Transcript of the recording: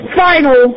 final